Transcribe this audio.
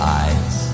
eyes